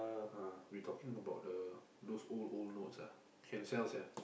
ah we talking about the those old old notes ah can sell sia